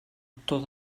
actor